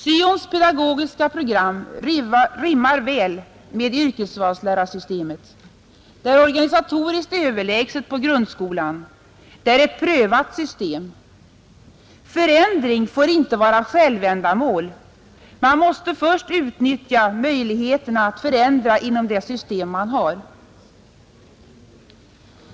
Syons pedagogiska program rimmar väl med yrkesvalslärarsystemet. Det är organisatoriskt överlägset på grundskolan, det är ett prövat system. Förändring får inte vara självändamål — man måste först utnyttja möjligheterna att förändra inom det system man har.